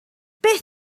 beth